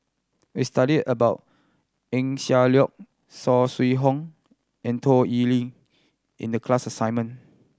we studied about Eng Siak Loy Saw Swee Hock and Toh Liying in the class assignment